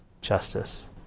justice